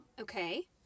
Okay